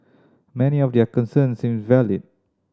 many of their concerns seemed valid